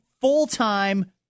full-time